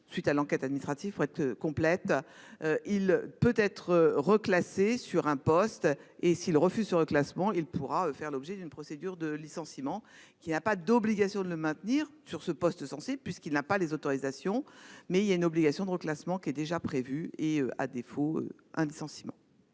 suite à l'enquête administrative pour être complète. Il peut être reclassés sur un poste et s'si le refus ce reclassement il pourra faire l'objet d'une procédure de licenciement qui n'a pas d'obligation de le maintenir sur ce poste censé puisqu'il n'a pas les autorisations, mais il y a une obligation de reclassement qui est déjà prévu et à défaut un licenciement.